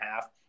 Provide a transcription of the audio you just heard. half